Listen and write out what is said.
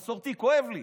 מסורתי, כואב לי.